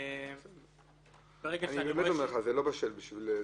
זה לא בשל.